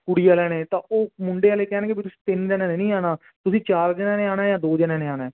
ਕੁੜੀ ਵਾਲਿਆਂ ਨੇ ਤਾਂ ਉਹ ਮੁੰਡੇ ਵਾਲੇ ਕਹਿਣਗੇ ਤੁਸੀਂ ਤਿੰਨ ਜਣਿਆਂ ਨੇ ਨਹੀਂ ਆਉਣਾ ਤੁਸੀਂ ਚਾਰ ਜਣਿਆਂ ਨੇ ਆਉਣਾ ਜਾਂ ਦੋ ਜਣਿਆਂ ਨੇ ਆਉਣਾ